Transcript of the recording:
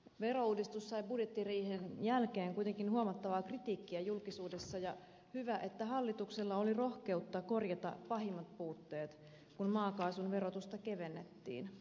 verouudistus sai budjettiriihen jälkeen kuitenkin huomattavaa kritiikkiä julkisuudessa ja hyvä että hallituksella oli rohkeutta korjata pahimmat puutteet kun maakaasun verotusta kevennettiin